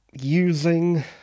using